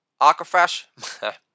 Aquafresh